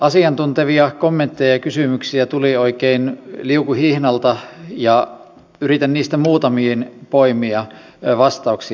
asiantuntevia kommentteja ja kysymyksiä tuli oikein liukuhihnalta ja yritän niistä muutamiin poimia vastauksia